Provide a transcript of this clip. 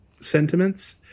sentiments